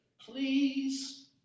please